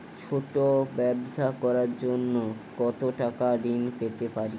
ছোট ব্যাবসা করার জন্য কতো টাকা ঋন পেতে পারি?